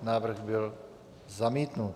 Návrh byl zamítnut.